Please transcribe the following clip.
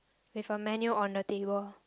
they have a menu on the table